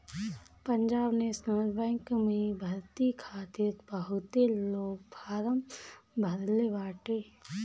Punjab National Bank में भर्ती खातिर बहुते लोग फारम भरले बाटे